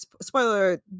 spoiler